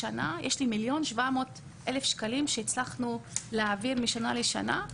השנה יש לי 1,700,000 שקלים שהצלחנו להעביר משנה לשנה.